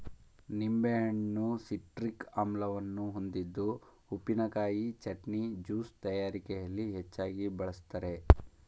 ನಿಂಬೆಹಣ್ಣು ಸಿಟ್ರಿಕ್ ಆಮ್ಲವನ್ನು ಹೊಂದಿದ್ದು ಉಪ್ಪಿನಕಾಯಿ, ಚಟ್ನಿ, ಜ್ಯೂಸ್ ತಯಾರಿಕೆಯಲ್ಲಿ ಹೆಚ್ಚಾಗಿ ಬಳ್ಸತ್ತರೆ